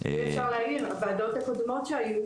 הוועדות הקודמות שהיו,